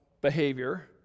behavior